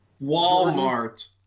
Walmart